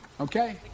okay